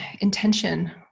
intention